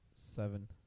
Seven